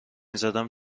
زدم